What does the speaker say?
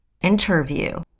interview